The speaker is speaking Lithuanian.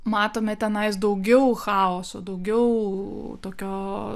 matome tenais daugiau chaoso daugiau tokio